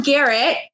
Garrett